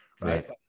right